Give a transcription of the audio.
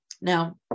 Now